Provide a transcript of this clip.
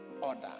order